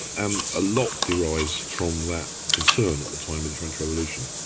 and a lot derives from that concern at the time of the french revolution.